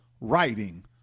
writing